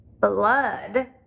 blood